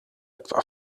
etwa